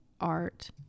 art